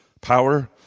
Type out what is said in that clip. power